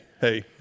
Hey